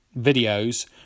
videos